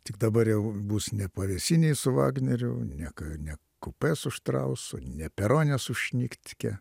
tik dabar jau bus ne pavėsinėj su vagneriu ne ka ne kupė su štrausu ne perone su šniktike